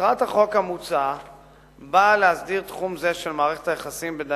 מטרת החוק המוצע להסדיר תחום זה של מערכת היחסים בין